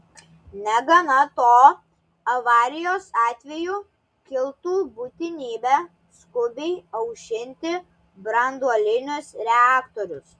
negana to avarijos atveju kiltų būtinybė skubiai aušinti branduolinius reaktorius